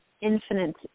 infinite